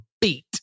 beat